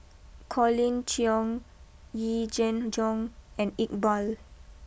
Colin Cheong Yee Jenn Jong and Iqbal